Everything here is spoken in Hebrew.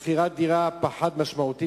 בתשלום שכר דירה פחת משמעותית